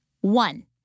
One